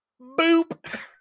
Boop